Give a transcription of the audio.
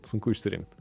sunku išsirinkt